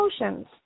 emotions